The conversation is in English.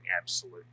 absolute